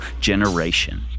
generation